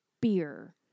beer